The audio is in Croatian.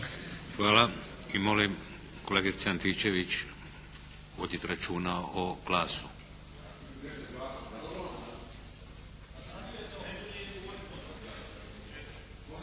Hvala. I molim kolegice Antičević vodite računa o glasu.